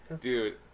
Dude